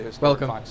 Welcome